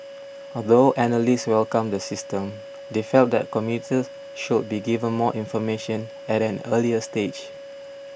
although analysts welcomed the system they felt that commuters should be given more information at an earlier stage